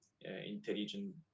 intelligent